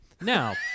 Now